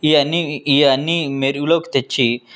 ఇవన్నీ ఇవన్నీ మెరుగులోకి తెచ్చి